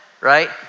right